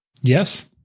Yes